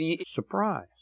surprise